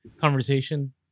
conversation